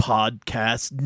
Podcast